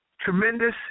tremendous